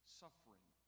suffering